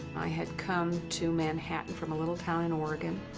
i had come to manhattan from a little town in oregon.